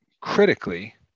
critically